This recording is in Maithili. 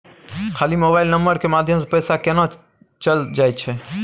खाली मोबाइल नंबर के माध्यम से पैसा केना चल जायछै?